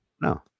no